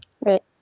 Right